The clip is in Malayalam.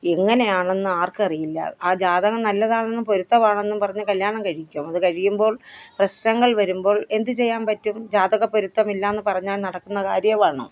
എങ്ങനെയാണെന്ന് ആര്ക്കറിയില്ല ആ ജാതകം നല്ലതാണെന്നും പൊരുത്തമാണെന്നും പറഞ്ഞ് കല്യാണം കഴിക്കും അത് കഴിയുമ്പോള് പ്രശ്നങ്ങള് വരുമ്പോള് എന്ത് ചെയ്യാന് പറ്റും ജാതകപ്പൊരുത്തം ഇല്ലായെന്ന് പറഞ്ഞാല് നടക്കുന്ന കാര്യമാണോ